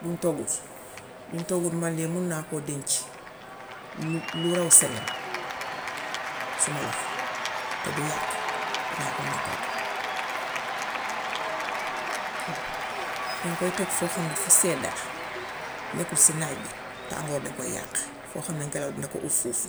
Buñ toggus, buñ toggul man de mun naa koo denc lu lu semaine suma loxo, te du yàqu. inaa ko mun a toggu. Daŋ koy teg foo xam ne fu sedda, nekkul si naaj bi tàngoor de koy yàq, foo xam ne ngelaw dina ko uf foofu.